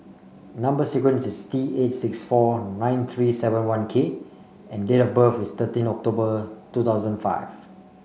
number sequence is T eight six four nine three seven one K and date of birth is thirteen October two thousand five